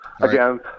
Again